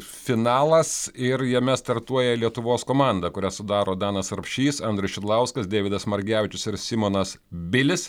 finalas ir jame startuoja lietuvos komanda kurią sudaro danas rapšys andrius šidlauskas deividas margevičius ir simonas bilis